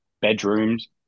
bedrooms